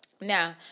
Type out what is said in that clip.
Now